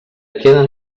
queden